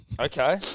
Okay